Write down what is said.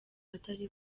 atari